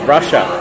Russia